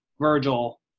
Virgil